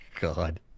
God